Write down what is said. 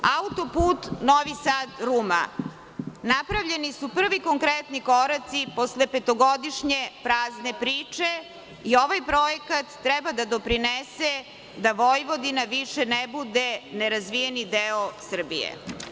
Auto-put Novi Sad – Ruma, napravljeni su prvi konkretni koraci posle petogodišnje prazne priče i ovaj projekat treba da doprinese da Vojvodina više ne bude nerazvijeni deo Srbije.